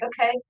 okay